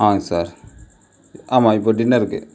ஆஹ் sir ஆமாம் இப்போ டின்னருக்கு